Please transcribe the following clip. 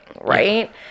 right